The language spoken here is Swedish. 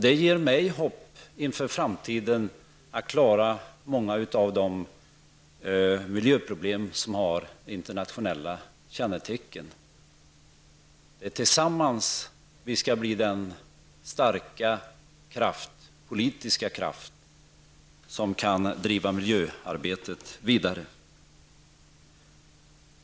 Det ger mig hopp inför framtiden när det gäller att klara många av de miljöproblem som har internationella kännetecken. Det är tillsammans vi skall bli den starka politiska kraft som kan driva miljöarbetet vidare.